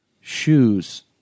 shoes